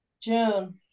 June